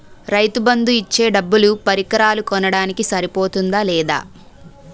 రైతు బందు ఇచ్చే డబ్బులు పరికరాలు కొనడానికి సరిపోతుందా లేదా?